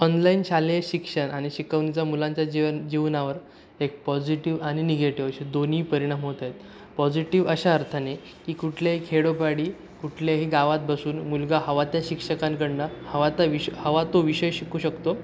online शालेय शिक्षण आणि शिकवणीचा मुलांच्या जीवन जीवनावर एक पॉझिटिव आणि निगेटिव असे दोन्ही परिणाम होत आहेत पॉझिटिव अशा अर्थाने की कुठल्याही खेडोपाडी कुठल्याही गावात बसून मुलगा हवा त्या शिक्षकांकडनं हवा ता विष हवा तो विषय शिकू शकतो